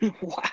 wow